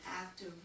active